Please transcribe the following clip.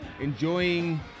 enjoying